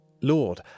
Lord